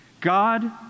God